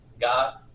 God